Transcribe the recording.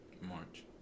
march